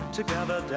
together